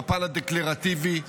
בפן הדקלרטיבי.